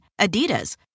Adidas